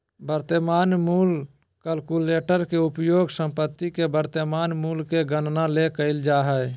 वर्तमान मूल्य कलकुलेटर के उपयोग संपत्ति के वर्तमान मूल्य के गणना ले कइल जा हइ